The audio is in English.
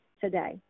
today